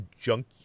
junk